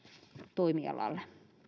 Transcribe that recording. toimialalle